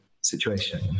situation